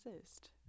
exist